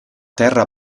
terra